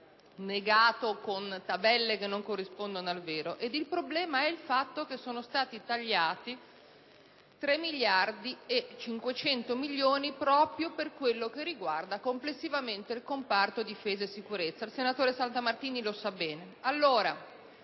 Il senatore Saltamartini lo sa bene.